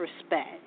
respect